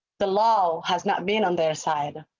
the law has not been on their side.